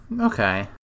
okay